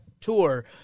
tour